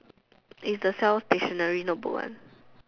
is the sell dictionary notebook one